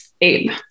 Abe